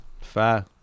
fair